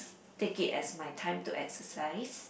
take it as my time to exercise